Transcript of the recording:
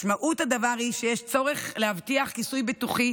משמעות הדבר היא שיש צורך להבטיח כיסוי ביטוחי